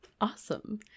awesome